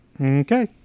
Okay